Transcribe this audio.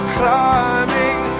climbing